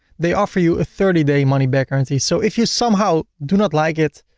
they offer you a thirty day money back guarantee. so if you somehow do not like it,